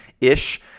ish